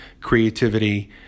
creativity